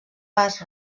pas